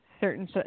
certain